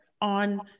on